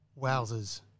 Wowzers